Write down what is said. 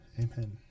Amen